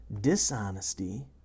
dishonesty